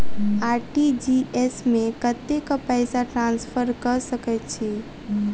RTGS मे कतेक पैसा ट्रान्सफर कऽ सकैत छी?